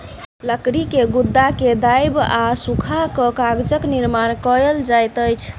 लकड़ी के गुदा के दाइब आ सूखा कअ कागजक निर्माण कएल जाइत अछि